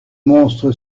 monstre